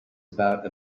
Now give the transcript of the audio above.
about